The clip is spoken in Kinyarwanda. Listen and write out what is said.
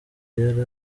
yari